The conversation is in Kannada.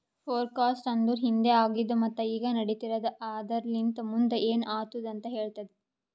ಫೋರಕಾಸ್ಟ್ ಅಂದುರ್ ಹಿಂದೆ ಆಗಿದ್ ಮತ್ತ ಈಗ ನಡಿತಿರದ್ ಆದರಲಿಂತ್ ಮುಂದ್ ಏನ್ ಆತ್ತುದ ಅಂತ್ ಹೇಳ್ತದ